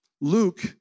Luke